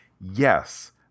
yes